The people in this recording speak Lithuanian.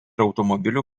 automobilių